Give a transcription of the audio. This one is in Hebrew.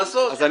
לעשות.